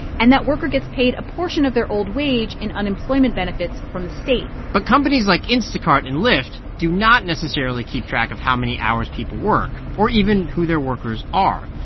and that worker gets paid a portion of their old wage in unemployment benefits from the state but companies like instacart and lyft do not necessarily keep track of how many hours people work or even who their workers are.